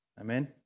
Amen